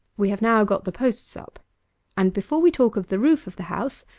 we have now got the posts up and, before we talk of the roof of the house,